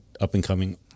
up-and-coming